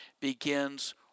begins